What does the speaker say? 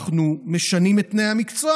אנחנו משנים את פני המקצוע.